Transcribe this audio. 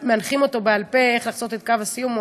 אותו בעל-פה איך לחצות את קו הסיום.